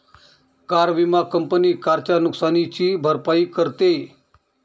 car विमा company कारच्या नुकसानीची भरपाई करते